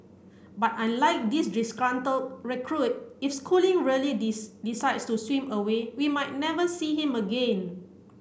but unlike this disgruntled recruit if Schooling really decides to swim away we might never see him again